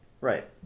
Right